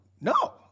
No